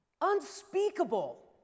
unspeakable